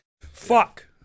Fuck